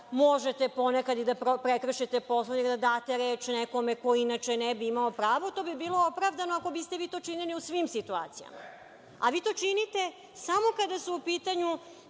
možete ponekad i da prekršite Poslovnik, da date reč nekome ko inače ne bi imao pravo, to bi bilo opravdano ako biste vi to činili u svim situacijama, a vi to činite samo kada su u pitanju